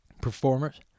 performers